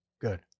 Good